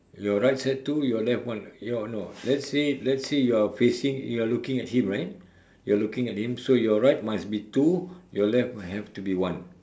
your right side two your left one your no let's say let's say you are facing you are looking at him right you are looking at him so your right must be two your left must have to be one